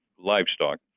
livestock